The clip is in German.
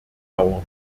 dauern